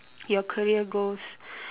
your career goals